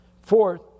Fourth